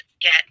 get